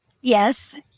yes